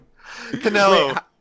Canelo